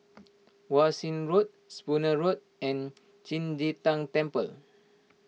Wan Shih Road Spooner Road and Qing De Tang Temple